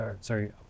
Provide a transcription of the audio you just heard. sorry